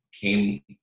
came